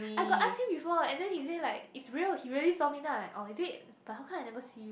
I got ask him before and then he say like it's real he really saw me then I'm like oh is it but how come I never see you